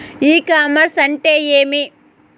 ఇ commerce అంటే ఏమి?